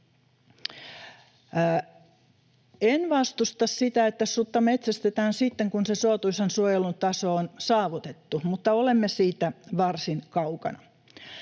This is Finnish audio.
En vastusta sitä, että sutta metsästetään sitten, kun se suotuisan suojelun taso on saavutettu, mutta olemme siitä varsin kaukana.